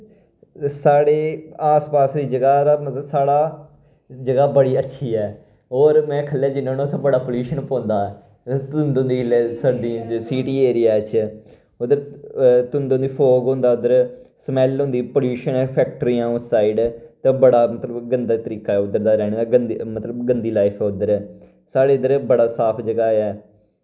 साढ़े आस पास दी जगाह् दा मतलब साढ़ा जगाह् बड़ी अच्छी ऐ और में खल्लै जन्ना होन्ना उत्थै बड़ा प्लयुशन पौंदा ऐ धुंद होंदी जिसलै सर्दियें च सीटी एरिया च उध्दर धुंद होंदी फोग होंदा उध्दर स्मैल्ल होंदी पोल्लुशण फैक्ट्रियां उस साइड ते बड़ा मतलब गंदा तरीका ऐ उध्दर दा रैह्ने दा गंदी मतलब गंदी लाइफ ऐ उध्दर साढ़े इध्दर बड़ा साफ जगाह् ऐ